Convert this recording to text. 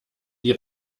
die